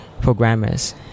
programmers